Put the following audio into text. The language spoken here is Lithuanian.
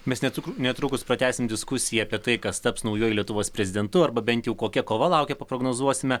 mes netru netrukus pratęsim diskusiją apie tai kas taps naujuoju lietuvos prezidentu arba bent kokia kova laukia paprognozuosime